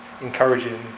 encouraging